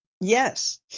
Yes